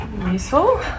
useful